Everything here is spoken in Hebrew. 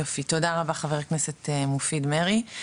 יופי, תודה רבה חה"כ מופיד מרעי.